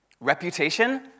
Reputation